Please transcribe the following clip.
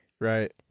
Right